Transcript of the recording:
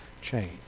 change